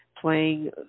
playing